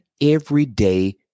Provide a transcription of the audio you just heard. everyday